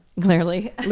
clearly